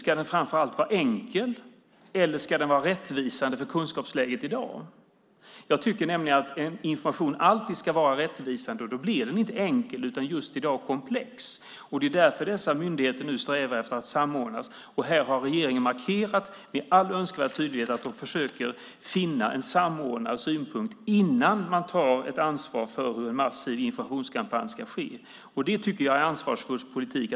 Ska den framför allt vara enkel eller ska den vara rättvisande för kunskapsläget i dag? Jag tycker nämligen att information alltid ska vara rättvisande, och då blir den i dag inte enkel utan just komplex. Det är därför dessa myndigheter nu strävar efter att samordna sig, och här har regeringen med all önskvärd tydlighet markerat att de försöker finna en samordnad synpunkt innan de tar ett ansvar för hur en massiv informationskampanj ska ske. Det tycker jag är ansvarsfull politik.